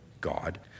God